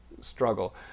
struggle